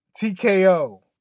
TKO